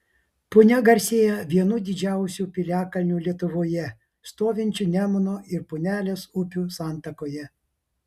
punia garsėja vienu didžiausių piliakalnių lietuvoje stovinčiu nemuno ir punelės upių santakoje